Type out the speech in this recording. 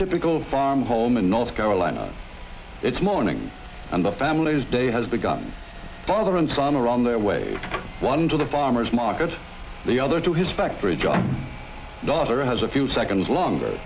typical farm home in north carolina it's morning and the families day has begun father and son are on their way one to the farmer's market the other to his factory job daughter has a few seconds longer